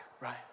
right